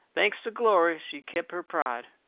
thanks to glory, she'd kep' her pride.